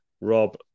Rob